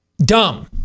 Dumb